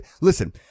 Listen